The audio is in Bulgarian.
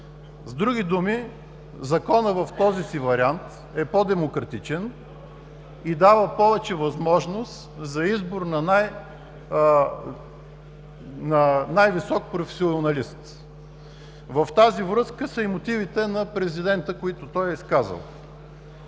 С други думи, Законът в този си вариант е по-демократичен и дава повече възможност за избор на най-висок професионалист. В тази връзка са и мотивите на президента, които той е изказал.